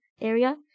area